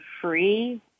free